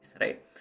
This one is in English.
right